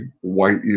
white